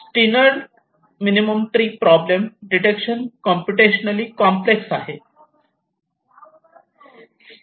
Steiner minimum tree problem detection computationally complex आहे